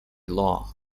law